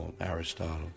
Aristotle